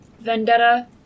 vendetta